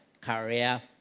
career